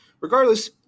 Regardless